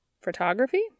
Photography